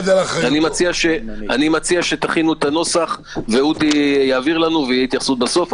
אני מציע שתכינו את הנוסח ואודי יעביר לנו ותהיה התייחסות בסוף.